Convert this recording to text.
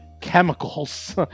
chemicals